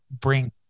bring